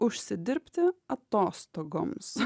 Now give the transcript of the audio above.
užsidirbti atostogoms